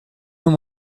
them